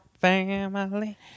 family